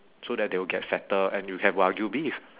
so that they will get fatter and you have wagyu beef